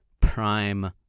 prime